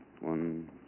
One